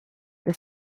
the